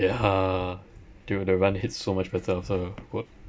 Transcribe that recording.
ya dude the run hits so much better after work